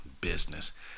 business